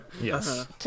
yes